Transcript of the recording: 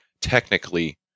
technically